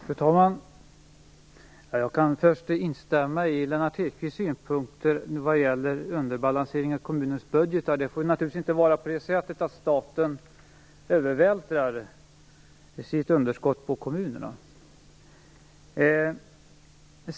Fru talman! Jag kan först instämma i Lennart Hedquists synpunkter vad gäller underbalansering av kommunernas budgetar. Staten får naturligtvis inte övervältra sitt underskott på kommunerna.